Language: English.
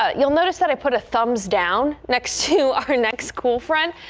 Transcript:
ah you'll notice that i put a thumbs down next to her next cool front.